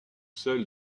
celle